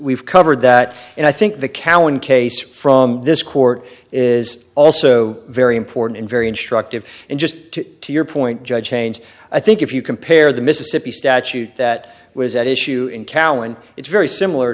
we've covered that and i think the callan case from this court is also very important and very instructive and just to your point judge change i think if you compare the mississippi statute that was at issue in callan it's very similar